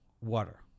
water